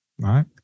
Right